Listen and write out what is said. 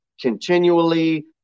Continually